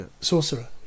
Sorcerer